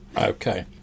okay